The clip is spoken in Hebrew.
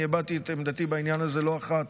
אני הבעתי את עמדתי בעניין הזה לא אחת